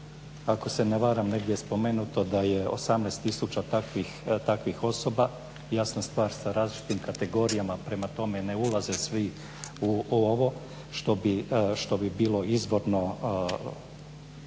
Ako se ne varam negdje je spomenuto da je 18 tisuća takvih osoba. Jasna stvar sa različitim kategorijama. Prema tome, ne ulaze svi u ovo, što bi bilo izborno